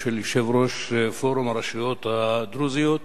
של יושב-ראש פורום הרשויות הדרוזיות,